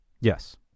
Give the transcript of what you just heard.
Yes